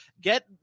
Get